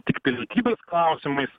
tik pilietybės klausimais